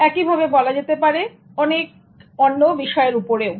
একইভাবে বলা যেতে পারে অন্য অনেক বিষয়ের উপরেও